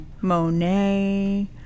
Monet